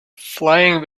flying